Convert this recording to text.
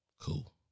Cool